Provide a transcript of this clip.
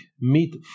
meet